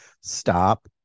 stop